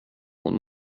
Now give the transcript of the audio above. hon